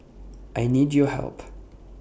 I need your help